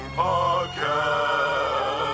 podcast